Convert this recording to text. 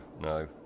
No